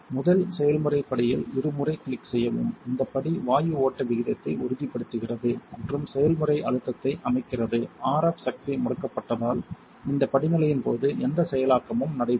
முதல் செயல்முறை படியில் இருமுறை கிளிக் செய்யவும் இந்த படி வாயு ஓட்ட விகிதத்தை உறுதிப்படுத்துகிறது மற்றும் செயல்முறை அழுத்தத்தை அமைக்கிறது RF சக்தி முடக்கப்பட்டதால் இந்த படிநிலையின் போது எந்த செயலாக்கமும் நடைபெறாது